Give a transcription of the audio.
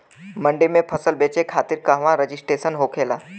मंडी में फसल बेचे खातिर कहवा रजिस्ट्रेशन होखेला?